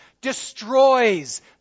destroys